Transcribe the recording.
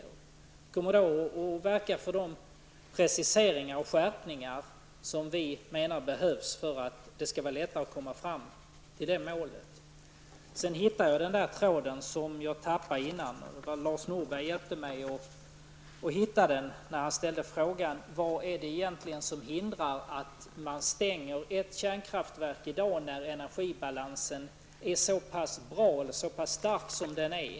Vi kommer att verka för de preciseringar och skärpningar som vi menar behövs för att det skall bli lättare att komma fram till det målet. Jag har funnit den tråd jag tappade i mitt tidigare anförande. Lars Norberg hjälpte mig att hitta den när han ställde frågan: Vad är det egentligen som hindrar att man stänger ett kärnkraftverk i dag när energibalansen är så pass stark som den är?